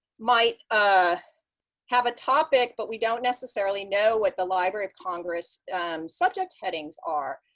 might ah have a topic, but we don't necessarily know what the library of congress subject headings are.